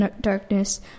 darkness